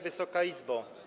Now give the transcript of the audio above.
Wysoka Izbo!